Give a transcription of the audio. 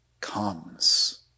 comes